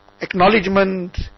acknowledgement